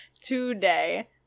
Today